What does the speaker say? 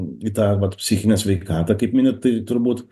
į tą vat psichinę sveikatą kaip minit tai turbūt